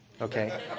Okay